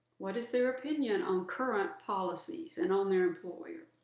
what is their opinion on current policies and on their employer.